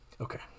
Okay